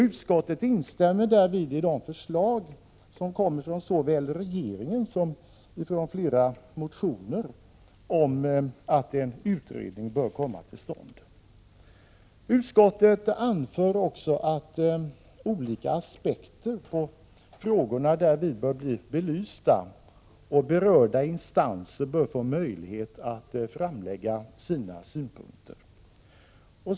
Utskottet instämmer i de förslag från såväl regeringen som flera motionärer om tillsättandet av en utredning på det här området. Utskottet anför att olika aspekter på frågorna därvid bör bli belysta och att berörda instanser bör få möjlighet att framlägga sina synpunkter.